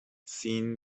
seen